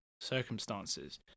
circumstances